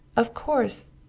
of course,